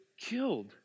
killed